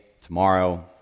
tomorrow